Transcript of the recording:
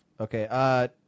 Okay